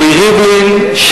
רובי ריבלין,